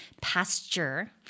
pasture